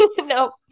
no